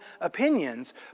opinions